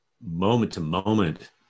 moment-to-moment